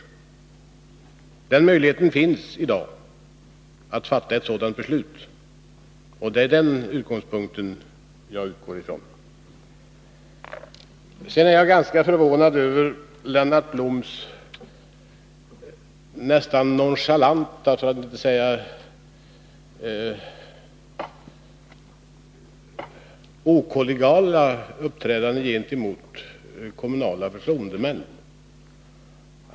Det finns möjlighet att i dag fatta ett sådant beslut, och det är den utgångspunkten jag utgår från. Sedan är jag ganska förvånad över Lennart Bloms nästan nonchalanta, för att inte säga okollegiala, uppträdande gentemot kommunala förtroendemän.